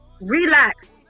relax